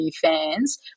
fans